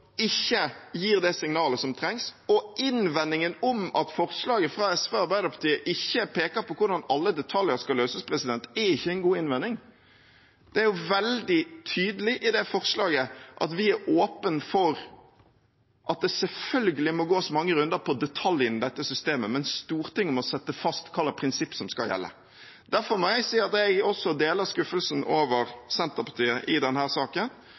ikke gir det signalet som trengs. Og innvendingen om at forslaget fra SV og Arbeiderpartiet ikke peker på hvordan alle detaljer skal løses, er ikke en god innvending. Det er veldig tydelig i forslaget at vi er åpne for at det selvfølgelig må gås mange runder på detaljer innen dette systemet, men at Stortinget må fastsette hvilket prinsipp som skal gjelde. Derfor må jeg si at jeg også deler skuffelsen over Senterpartiet i denne saken.